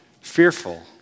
fearful